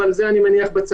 אבל את זה אני מניח בצד.